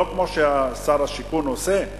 לא כמו ששר השיכון עושה,